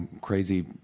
crazy